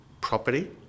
property